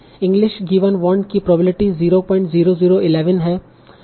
English given want की probability 00011 है